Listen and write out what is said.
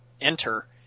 enter